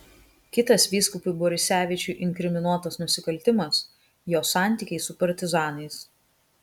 kitas vyskupui borisevičiui inkriminuotas nusikaltimas jo santykiai su partizanais